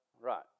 Right